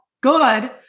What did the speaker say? good